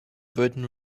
wooden